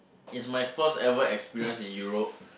is my first ever experience in Europe